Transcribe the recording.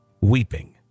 weeping